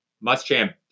must-champ